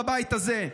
בבית הזה,